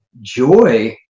joy